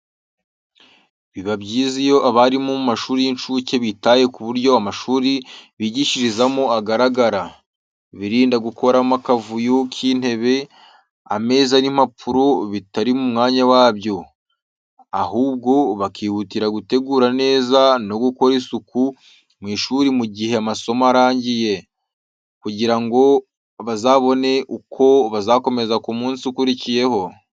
Biba byiza iyo abarimu mu mashuri y’incuke bitaye ku buryo amashuri bigishirizamo agaragara, birinda gukoramo akavuyo k’intebe, ameza n’impapuro bitari mu mwanya wabyo. Ahubwo, bakihutira gutegura neza no gukora isuku mu ishuri mu gihe amasomo arangiye, kugira ngo bazabone uko bakomeza ku munsi ukurikiyeho.